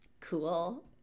Cool